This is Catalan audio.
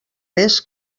més